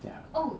ya